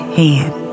hand